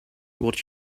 what